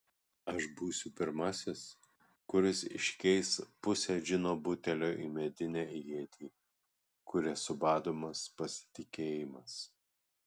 aš būsiu pirmasis kuris iškeis pusę džino butelio į medinę ietį kuria subadomas pasitikėjimas